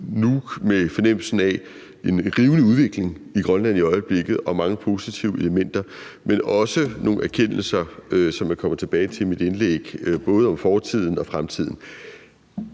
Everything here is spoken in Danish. med en fornemmelse af, at der er en rivende udvikling i Grønland i øjeblikket og mange positive elementer, men det var også med nogle erkendelser, som jeg kommer tilbage til i mit indlæg, både om fortiden og fremtiden.